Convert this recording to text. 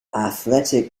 athletic